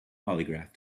polygraph